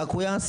רק הוא יעשה.